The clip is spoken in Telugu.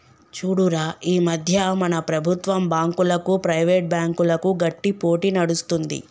చూడురా ఈ మధ్య మన ప్రభుత్వం బాంకులకు, ప్రైవేట్ బ్యాంకులకు గట్టి పోటీ నడుస్తుంది